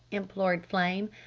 implored flame,